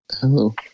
Hello